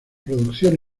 producción